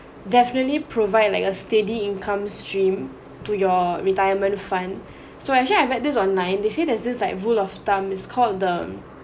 definitely provide like a steady income stream to your retirement fund so actually I read this online they say there's this like rule of thumb it's called the